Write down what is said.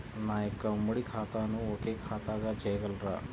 నా యొక్క ఉమ్మడి ఖాతాను ఒకే ఖాతాగా చేయగలరా?